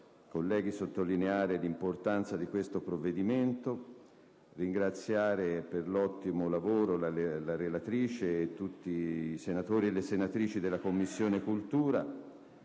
voglio sottolineare l'importanza di questo provvedimento, ringraziare per l'ottimo lavoro svolto la relatrice e tutti i senatori e le senatrici della 7a Commissione,